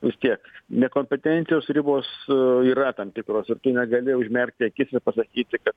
vis tiek nekompetencijos ribos yra tam tikros juk tu negali užmerkti akisir pasakyti kad